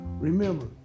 Remember